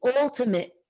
ultimate